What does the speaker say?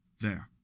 There